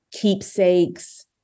keepsakes